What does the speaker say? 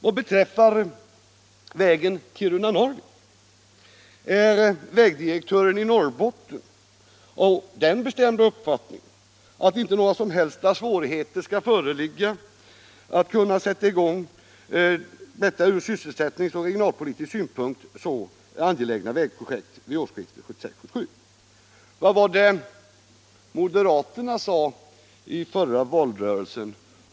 Vad beträffar vägen Kiruna-Narvik är vägdirektören i Norrbotten av den bestämda uppfattningen att inte några som helst svårigheter skall föreligga när det gäller att sätta i gång detta från sysselsättningsoch regionalpolitisk synpunkt så angelägna vägprojekt. Vad var det moderaterna sade i förra valrörelsen?